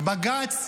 בג"ץ,